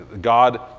God